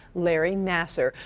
larry nassar.